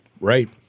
Right